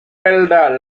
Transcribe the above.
builder